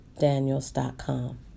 Daniels.com